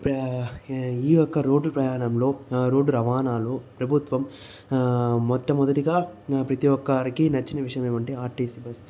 ఈ యొక్క రోడ్డు ప్రయాణంలో రోడ్డు రవాణాలో ప్రభుత్వం మొట్టమొదటిగా ప్రతి ఒక్కరికి నచ్చిన విషయం ఏమిటంటే ఆర్టిసి బస్